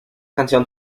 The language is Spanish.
canción